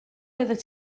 oeddet